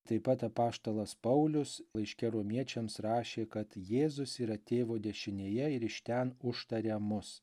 taip pat apaštalas paulius laiške romiečiams rašė kad jėzus yra tėvo dešinėje ir iš ten užtaria mus